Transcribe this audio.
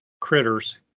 critters